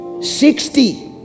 Sixty